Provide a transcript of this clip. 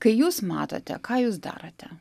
kai jūs matote ką jūs darote